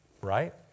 Right